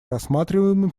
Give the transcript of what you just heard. рассматриваемом